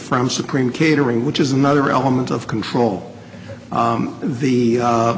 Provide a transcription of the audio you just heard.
from supreme catering which is another element of control the the